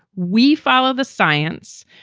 we follow the science.